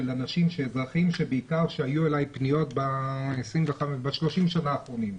של אזרחים שפנו אלי ב-30 שנה האחרונות.